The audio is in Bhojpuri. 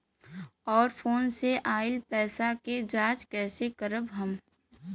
और फोन से आईल पैसा के जांच कैसे करब हम?